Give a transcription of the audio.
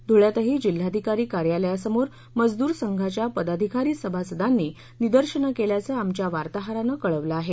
धुळ्यातही जिल्हाधिकारी कार्यालयासमोर मजदूर संघाच्या पदाधिकारी सभासदांनी निदर्शनं केल्याचं आमच्या वार्ताहरानं कळवलं आहे